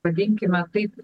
vadinkime taip